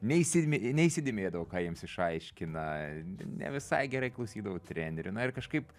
neįsi neįsidėmėdavo ką jiems išaiškina ne visai gerai klausydavo trenerių na ir kažkaip